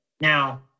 Now